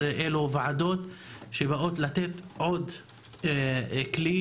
אלה ועדות שבאות לתת עוד כלי